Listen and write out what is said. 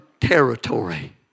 Territory